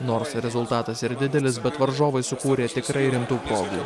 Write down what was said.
nors rezultatas ir didelis bet varžovai sukūrė tikrai rimtų progų